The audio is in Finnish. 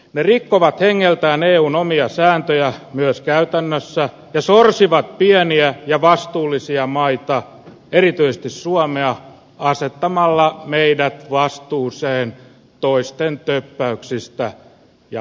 ne rikkovat hengeltään eun omia sääntöjä myös käytännössä ja sorsivat pieniä ja vastuullisia maita erityisesti suomea asettamalla meidät vastuuseen toisten töppäyksistä ja veloista